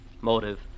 motive